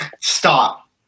Stop